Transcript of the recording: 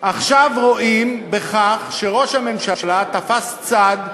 עכשיו רואים בכך שראש הממשלה תפס צד,